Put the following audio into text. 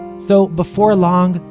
so before long,